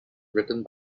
written